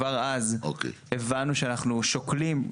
כבר אז הבנו שאנחנו שוקלים.